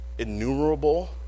innumerable